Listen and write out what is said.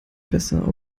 besser